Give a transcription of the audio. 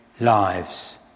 lives